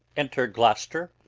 enter gloucester,